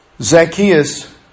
Zacchaeus